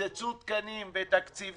קיצצו תקנים ותקציבים